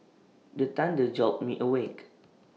the thunder jolt me awake